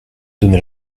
donner